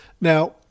now